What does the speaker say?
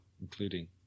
including